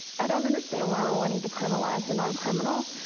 i don't understand why we're wanting to criminalize the non-criminal.